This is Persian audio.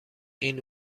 این